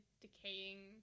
decaying